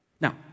Now